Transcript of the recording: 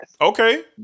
Okay